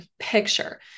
picture